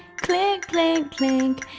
clink, clink clink,